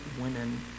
women